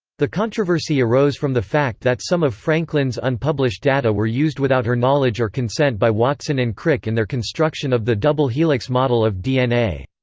the controversy arose from the fact that some of franklin's unpublished data were used without her knowledge or consent by watson and crick in their construction of the double helix model of dna.